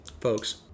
Folks